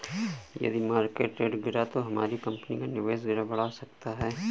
यदि market rate गिरा तो हमारी कंपनी का निवेश गड़बड़ा सकता है